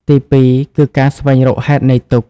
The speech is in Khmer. ទីពីរ គឺការស្វែងរកហេតុនៃទុក្ខ។